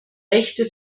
rechte